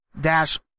dash